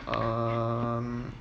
um